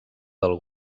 del